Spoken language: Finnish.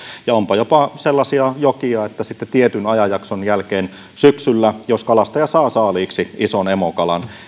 ja onpa jopa sellaisia jokia että sitten tietyn ajanjakson jälkeen syksyllä jos kalastaja saa saaliiksi ison emokalan